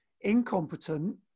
incompetent